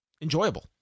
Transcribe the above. enjoyable